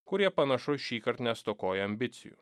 kurie panašu šįkart nestokoja ambicijų